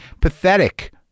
pathetic